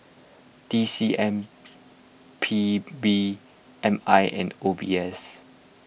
T C M P B M I and O B S